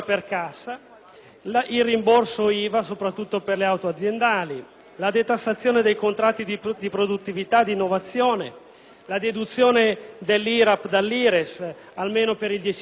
il rimborso IVA soprattutto per le auto aziendali; la detassazione dei contratti di produttività e di innovazione; la deduzione dell'IRAP dall'IRES, almeno per il 10